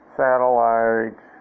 satellite